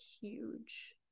huge